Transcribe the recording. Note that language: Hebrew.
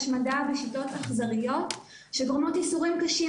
השמדה בשיטות אכזריות שגורמות ייסורים קשים